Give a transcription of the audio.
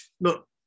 Look